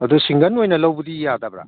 ꯑꯗꯨ ꯁꯤꯡꯒꯜ ꯑꯣꯏꯅ ꯂꯧꯕꯗꯤ ꯌꯥꯗꯕ꯭ꯔꯥ